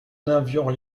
n’avions